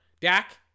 Dak